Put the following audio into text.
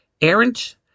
errant